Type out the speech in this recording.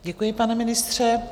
Děkuji, pane ministře.